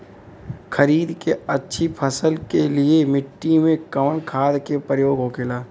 खरीद के अच्छी फसल के लिए मिट्टी में कवन खाद के प्रयोग होखेला?